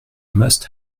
must